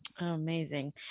Amazing